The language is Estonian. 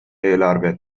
eelarve